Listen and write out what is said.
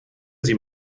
sie